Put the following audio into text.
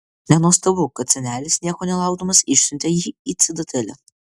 nenuostabu kad senelis nieko nelaukdamas išsiuntė jį į citadelę